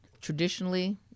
Traditionally